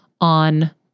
on